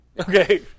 okay